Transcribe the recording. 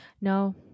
no